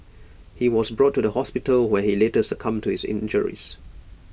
he was brought to the hospital when he later succumbed to his injuries